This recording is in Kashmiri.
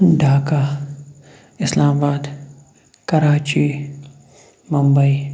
ڈاکا اسلام آباد کراچی مُمبَے